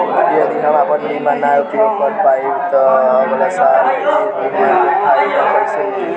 यदि हम आपन बीमा ना उपयोग कर पाएम त अगलासाल ए बीमा के फाइदा कइसे मिली?